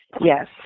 Yes